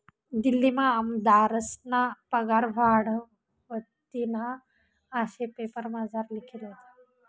दिल्लीमा आमदारस्ना पगार वाढावतीन आशे पेपरमझार लिखेल व्हतं